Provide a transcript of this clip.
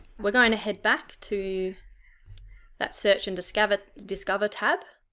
we're going to head back to that search and discover discover tab,